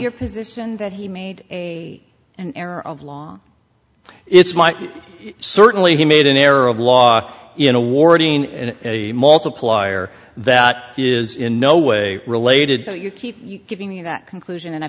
your position that he made an error of law it's my certainly he made an error of law in a warning and a multiplier that is in no way related you keep giving you that conclusion and